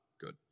good